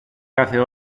κάθε